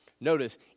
notice